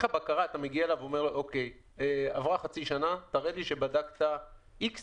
הבקרה אתה אומר: עברה חצי שנה תראה לי שבדקת X מתקנים.